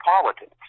politics